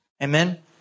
Amen